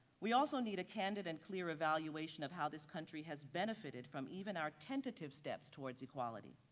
we also need a candid and clear evaluation of how this country has benefited from even our tentative steps towards equality,